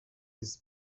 his